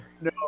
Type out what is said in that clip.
No